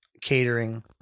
catering